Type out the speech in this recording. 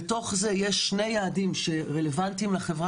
בתוך זה יש שני יעדים שרלוונטיים לחברה